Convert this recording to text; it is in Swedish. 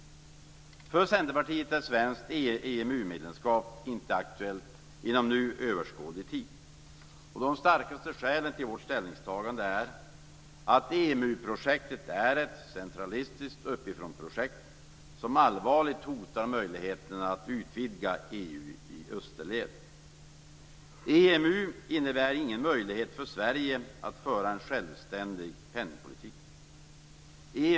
För Centerpartiet är svenskt EMU-medlemskap inte aktuellt inom nu överskådlig tid. De starkaste skälen för vårt ställningstagande är följande: EMU-projektet är ett centralistiskt uppifrånprojekt, som allvarligt hotar möjligheterna att utvidga EU EMU innebär ingen möjlighet för Sverige att föra en självständig penningpolitik.